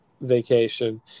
vacation